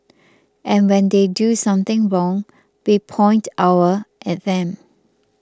and when they do something wrong we point our at them